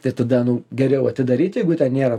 tai tada nu geriau atidaryt jeigu ten nėra